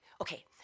okay